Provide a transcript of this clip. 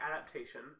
adaptation